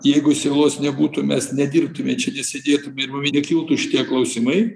jeigu sielos nebūtų mes nedirbtume čia nesėdėtume ir mum nekiltų šitie klausimai